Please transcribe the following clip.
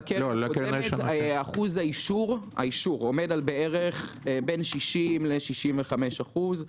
אחוז האישור עומד על בין 60% ל-65%.